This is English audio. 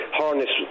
harness